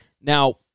Now